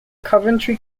coventry